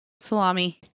Salami